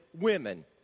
women